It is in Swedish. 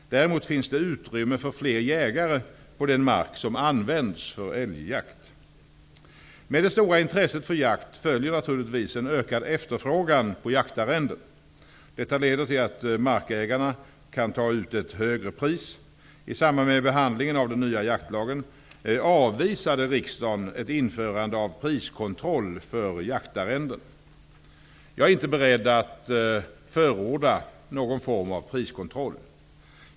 Däremot finns det utrymme för fler jägare på den mark som används för älgjakt. Med det stora intresset för jakt följer naturligtvis en ökad efterfrågan på jaktarrenden. Detta leder till att markägarna kan ta ut ett högre pris. I samband med behandlingen av den nya jaktlagen avvisade riksdagen ett införande av priskontroll för jaktarrenden. Jag är inte beredd att förorda någon form av priskontroll.